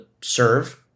serve